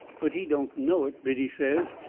but he don't know it, biddy says,